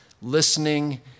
listening